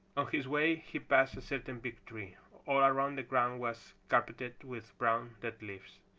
on his way he passed a certain big tree. all around the ground was carpeted with brown, dead leaves.